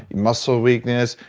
muscle weakness,